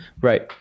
Right